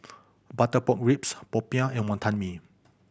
butter pork ribs popiah and Wonton Mee